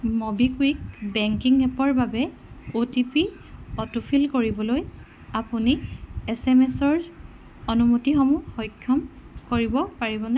MobiKwik banking এপৰ বাবে O T P autofill কৰিবলৈ আপুনি এছ এম এছৰ অনুমতিসমূহ সক্ষম কৰিব পাৰিবনে